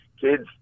Kids